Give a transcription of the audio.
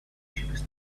cheapest